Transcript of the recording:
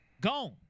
Gone